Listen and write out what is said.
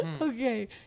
Okay